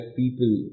people